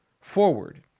forward